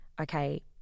okay